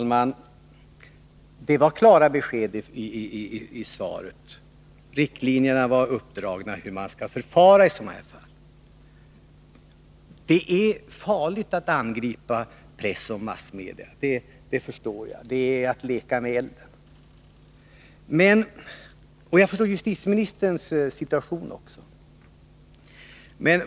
Herr talman! Det gavs klara besked i svaret. Riktlinjerna var uppdragna för hur man skall förfara i sådana här fall. Det kan vara farligt att angripa press och massmedier det förstår jag. Jag förstår också justitieministerns situation.